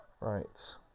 Right